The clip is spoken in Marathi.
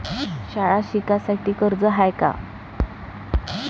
शाळा शिकासाठी कर्ज हाय का?